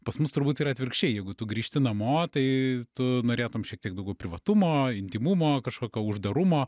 pas mus turbūt yra atvirkščiai jeigu tu grįžti namo tai tu norėtum šiek tiek daugiau privatumo intymumo kažkokio uždarumo